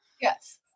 Yes